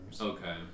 Okay